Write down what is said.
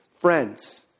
Friends